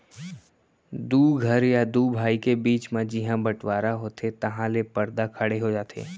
दू घर या दू भाई के बीच म जिहॉं बँटवारा होथे तहॉं ले परदा खड़े हो जाथे